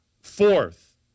Fourth